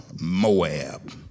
Moab